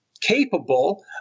capable